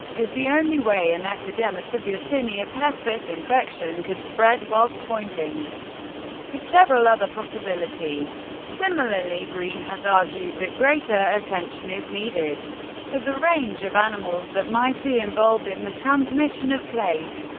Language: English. is the only way an epidemic of yersinia pestis infection could spread, whilst pointing to several other possibilities. similarly, green has argued that greater attention is needed to the range of animals that might be involved in the transmission of plague.